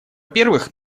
первых